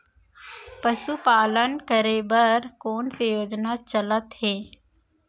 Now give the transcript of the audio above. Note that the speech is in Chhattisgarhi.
पशुपालन करे बर कोन से योजना चलत हे?